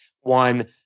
one